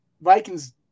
Vikings